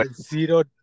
zero